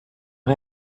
and